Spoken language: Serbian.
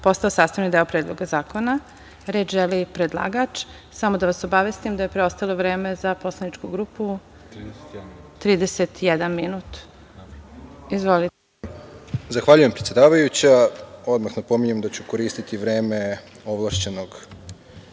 postao sastavni deo Predloga zakona. Reč želi predlagač. Samo da vas obavestim da je preostalo vreme za poslaničku grupu 31 minut. Izvolite. **Đorđe Todorović** Zahvaljujem, predsedavajuća. Odmah napominjem da ću koristiti vreme ovlašćenog